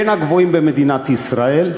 הוא בין הגבוהים במדינת ישראל.